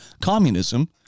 communism